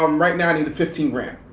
um right now i need fifteen grand.